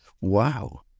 Wow